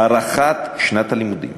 הארכת שנת הלימודים